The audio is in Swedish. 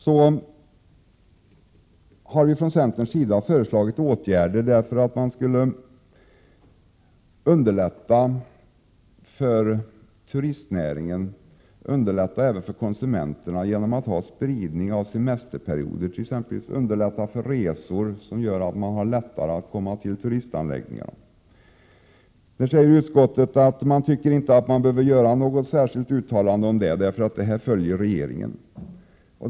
Vi har från centern också föreslagit att man skulle sprida semesterperioderna i syfte att underlätta för turistnäringen och även för konsumenterna. Det skulle bli lättare att ordna resor och lättare att få plats vid turistanläggningar. Utskottet anser att något särskilt uttalande inte behövs därför att regeringen uppmärksammar dessa problem.